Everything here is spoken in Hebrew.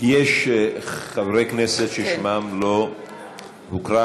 יש חברי כנסת ששמם לא הוקרא?